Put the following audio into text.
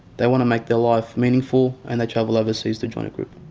they want to make their life meaningful. and they travel overseas to join a group.